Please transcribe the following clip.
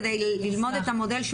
כדי ללמוד את המודל,